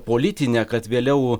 politinę kad vėliau